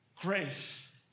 Grace